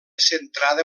centrada